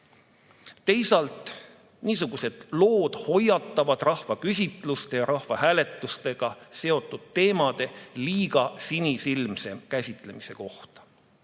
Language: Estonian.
Teisalt, niisugused lood hoiatavad rahvaküsitluste ja rahvahääletustega seotud teemade liiga sinisilmse käsitlemise